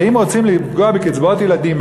הרי אם רוצים לפגוע בקצבאות ילדים,